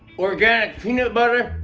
organic peanut butter.